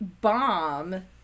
bomb